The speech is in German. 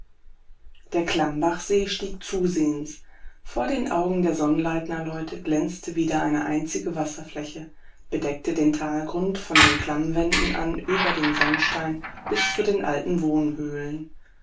der klammbachsee stieg zusehends vor den augen der sonnleitnerleute glänzte wieder eine einzige wasserfläche bedeckte den talgrund von den klammwänden an über den sonnstein bis zu den alten